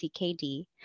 CKD